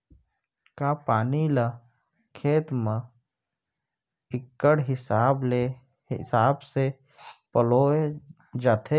का पानी ला खेत म इक्कड़ हिसाब से पलोय जाथे?